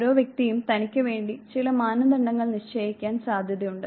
ഓരോ വ്യക്തിയും തനിക്കുവേണ്ടി ചില മാനദണ്ഡങ്ങൾ നിശ്ചയിക്കാൻ സാധ്യതയുണ്ട്